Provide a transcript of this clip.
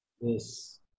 yes